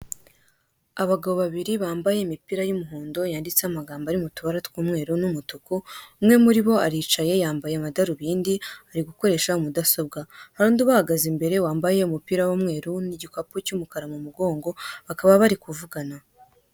Abagabo babiri bambaye imipira y'umuhondo yanditseho amagambo ari mu tubara tw'umweru n'umutuku, umwe muri bo aricaye yambaye amadarubindi, ari gukoresha Mudasobwa, hari undi ubahagaze imbere wambaye umupira w'umweru n'igikapu cy'umukara mu mugongo bakaba bari kuvugana.